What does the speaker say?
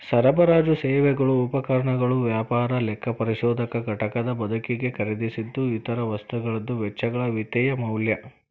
ಸರಬರಾಜು ಸೇವೆಗಳು ಉಪಕರಣಗಳು ವ್ಯಾಪಾರ ಲೆಕ್ಕಪರಿಶೋಧಕ ಘಟಕದ ಬಳಕಿಗೆ ಖರೇದಿಸಿದ್ ಇತರ ವಸ್ತುಗಳದ್ದು ವೆಚ್ಚಗಳ ವಿತ್ತೇಯ ಮೌಲ್ಯ